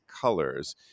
colors